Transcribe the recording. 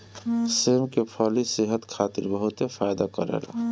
सेम के फली सेहत खातिर बहुते फायदा करेला